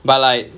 but like